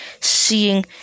seeing